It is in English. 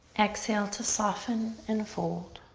exhale to soften and fold.